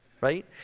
right